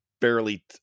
barely